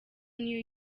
new